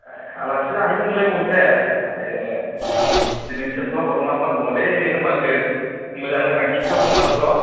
ए आलासि जाहैनो मोनलायबावसै ए बिदिनो सोंफ्लाहरमारनांगौगोनलै होनबासो मोजाङै मोजां खिथाहरमारोथ'